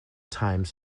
times